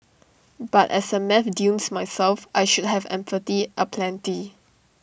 but as A maths dunce myself I should have empathy aplenty